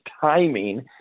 timing